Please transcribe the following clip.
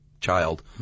child